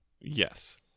yes